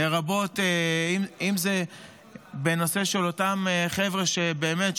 לרבות אם זה בנושא של אותם חבר'ה שבאמת,